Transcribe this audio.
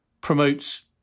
promotes